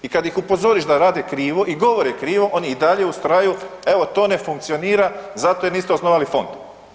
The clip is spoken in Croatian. I kad ih upozoriš da rade krivo i govore krivo, oni i dalje ustraju, evo to ne funkcionira zato je niste osnovali fond.